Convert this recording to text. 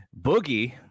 boogie